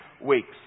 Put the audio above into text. weeks